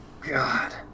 God